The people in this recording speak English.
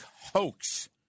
hoax